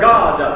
God